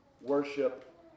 worship